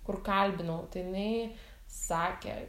kur kalbinau tai jinai sakė